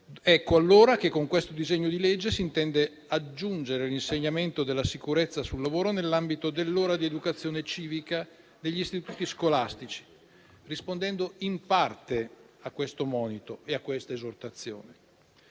Ecco allora che con questo disegno di legge si intende aggiungere l'insegnamento della sicurezza sul lavoro nell'ambito dell'ora di educazione civica negli istituti scolastici, rispondendo in parte a questo monito e a questa esortazione.